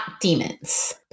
demons